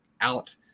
out